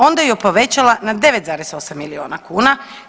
Onda ju je povećala na 9,8 milijuna kuna.